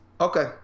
okay